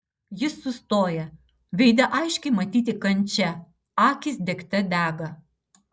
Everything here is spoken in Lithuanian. jis sustoja veide aiškiai matyti kančia akys degte dega